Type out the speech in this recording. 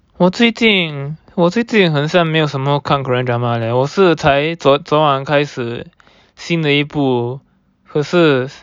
我最近我最近很像没有什么看 Korean drama leh 我是才昨昨晚开始新的一部可是